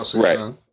Right